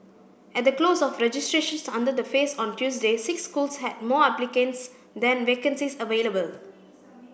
at the close of registrations under the phase on Tuesday six schools had more applicants than vacancies available